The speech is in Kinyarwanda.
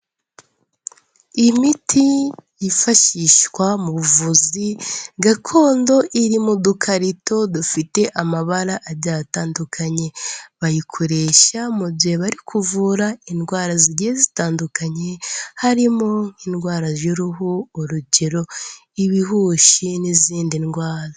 Imiti yifashishwa mu buvuzi gakondo iri mu dukarito dufite amabara agiye atandukanye, bayikoresha mu gihe bari kuvura indwara zigiye zitandukanye harimo indwara y'uruhu, urugero ibihushi n'izindi ndwara.